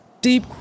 Deep